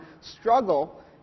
struggle